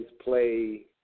play